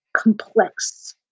complex